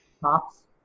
tops